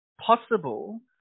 possible